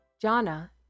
Jana